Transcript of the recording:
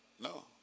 no